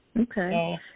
Okay